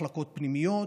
מחלקות פנימיות,